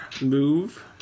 move